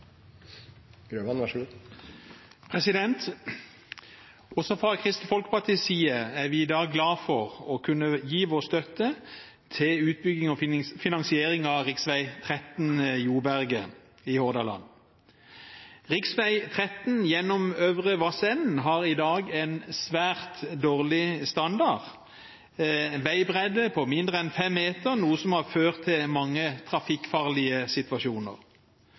vi i dag glad for å kunne gi vår støtte til utbygging og finansiering av rv. 13 Joberget i Hordaland. Riksvei 13 gjennom Øvre Vassenden har i dag en svært dårlig standard, med veibredde på mindre enn 5 meter, noe som har ført til mange trafikkfarlige situasjoner.